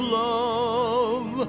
love